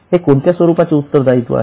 हे कोणत्या स्वरूपाचे उत्तरदायित्व आहे